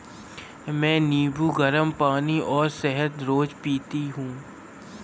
मैं नींबू, गरम पानी और शहद रोज पीती हूँ